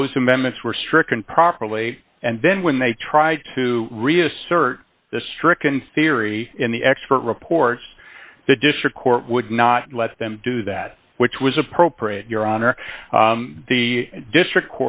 those amendments were stricken properly and then when they tried to reassert the stricken theory in the expert reports the district court would not let them do that which was appropriate your honor the district